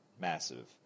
massive